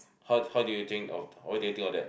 how how do you think of what do you think of that